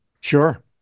sure